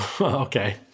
Okay